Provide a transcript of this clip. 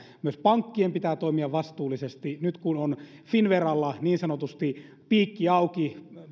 myös pankkien pitää toimia vastuullisesti nyt kun on finnveralla niin sanotusti piikki auki